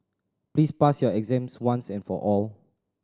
please pass your exams once and for all